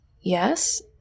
yes